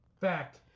Fact